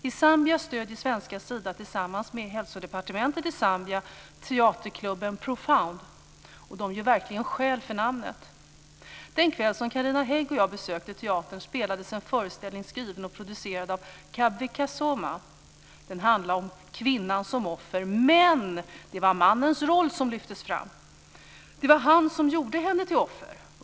I Zambia stöder svenska Sida tillsammans med hälsodepartementet i Zambia teaterklubben Profound. Och de gör verkligen skäl för namnet. Den kväll som Carina Hägg och jag besökte teatern spelades en föreställning skriven och producerad av Kabwe Kasoma. Den handlade om kvinnan som offer, men det var mannens roll som lyftes fram. Det var han som gjorde henne till offer.